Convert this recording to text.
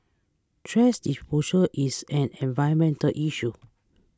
thrash disposal is an environmental issue